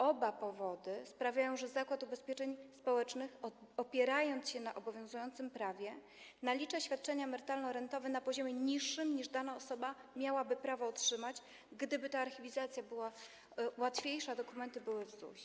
Oba powody sprawiają, że Zakład Ubezpieczeń Społecznych, opierając się na obowiązującym prawie, nalicza świadczenia emerytalno-rentowe na poziomie niższym, niż dana osoba miałaby prawo otrzymać, gdyby archiwizacja była łatwiejsza i dokumenty były w ZUS-ie.